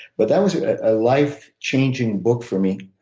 but that was a life changing book for me.